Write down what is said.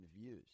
views